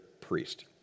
priest